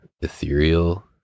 ethereal